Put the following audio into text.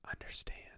understand